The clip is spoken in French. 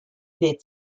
des